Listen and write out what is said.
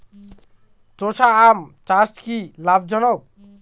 চোষা আম চাষ কি লাভজনক?